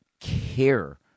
care